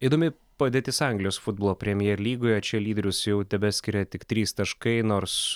įdomi padėtis anglijos futbolo premjer lygoje čia lyderius jau tebeskiria tik trys taškai nors